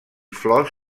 flors